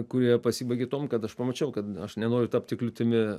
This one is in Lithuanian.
kurie pasibaigė tuom kad aš pamačiau kad aš nenoriu tapti kliūtimi